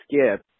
Skip